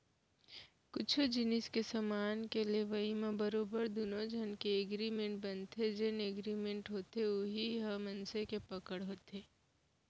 कुछु जिनिस के समान के लेवई म बरोबर दुनो झन के एगरिमेंट बनथे जेन एगरिमेंट होथे उही ह मनसे के पकड़ होथे